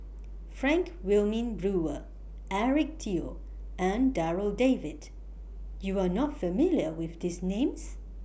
Frank Wilmin Brewer Eric Teo and Darryl David YOU Are not familiar with These Names